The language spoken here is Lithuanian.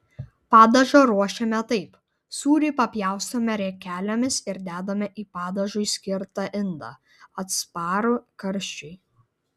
padažą ruošiame taip sūrį papjaustome riekelėmis ir dedame į padažui skirtą indą atsparų karščiui